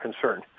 concern